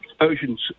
oceans